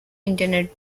internet